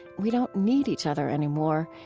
we don't need each other anymore,